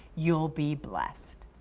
you will be blessed.